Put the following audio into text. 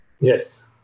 yes